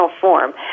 form